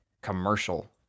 commercial